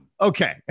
Okay